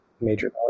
major